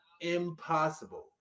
impossible